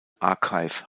archive